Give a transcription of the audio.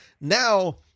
Now